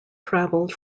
traveled